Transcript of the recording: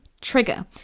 trigger